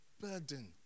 burden